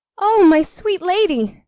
o my sweet lady!